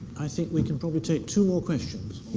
i think we can probably take two more questions.